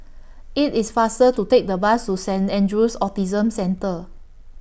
IT IS faster to Take The Bus to Saint Andrew's Autism Centre